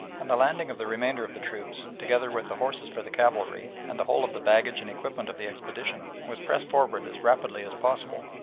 and the landing of the remainder of the troops, together with the horses for the cavalry, and the whole of the baggage and equipment of the expedition, was pressed forward as rapidly as possible.